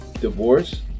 divorce